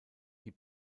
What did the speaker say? die